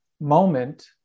moment